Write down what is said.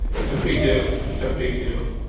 it's a big deal, it's a big deal.